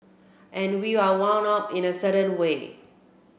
and we are wound up in a certain way